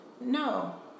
no